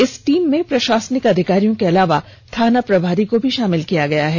इस टीम में प्रशासनिक अधिकारियों के अलावा थाना प्रभारी को भी शामिल किया गया है